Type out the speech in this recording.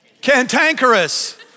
cantankerous